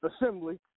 Assembly